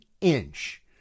inch